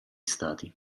stati